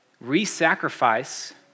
Re-sacrifice